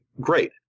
great